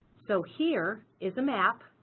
so here is a map,